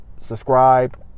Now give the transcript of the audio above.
subscribe